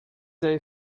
avez